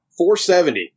470